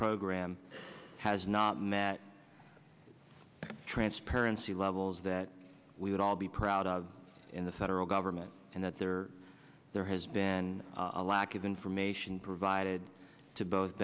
program has not met transparency levels that we would all be proud of in the federal government and that there has been a lack of information provided to both